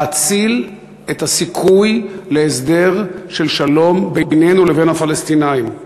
להציל את הסיכוי להסדר של שלום בינינו לבין הפלסטינים.